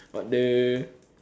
but the